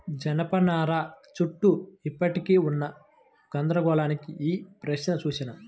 జనపనార చుట్టూ ఇప్పటికీ ఉన్న గందరగోళానికి ఈ ప్రశ్న సూచన